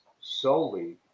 solely